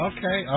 Okay